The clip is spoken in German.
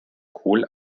kohl